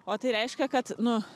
o tai reiškia kad nu